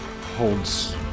holds